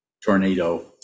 tornado